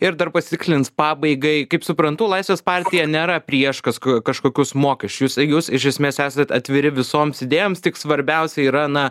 ir dar pasitikslins pabaigai kaip suprantu laisvės partija nėra prieš kasku kažkokius mokesčius jūs jūs iš esmės esat atviri visoms idėjoms tik svarbiausia yra na